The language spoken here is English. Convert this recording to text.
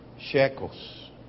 shekels